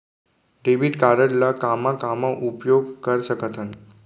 Debit card ला कामा कामा उपयोग कर सकथन?